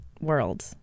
world